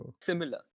similar